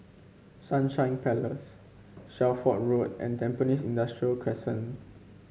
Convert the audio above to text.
Sunshine Place Shelford Road and Tampines Industrial Crescent